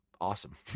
awesome